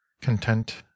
content